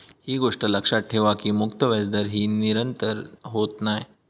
ही गोष्ट लक्षात ठेवा की मुक्त व्याजदर ही निरंतर होत नाय